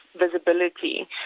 visibility